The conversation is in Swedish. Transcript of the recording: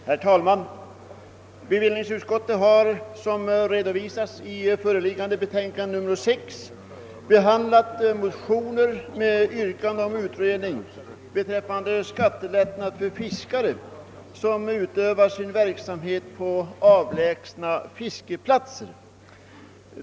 Herr talman! Bevillningsutskottet har i föreliggande betänkande behandlat motioner med yrkande om utredning beträffande skattelättnader för fiskare, som utövar sin verksamhet på avlägsna fiskeplatser.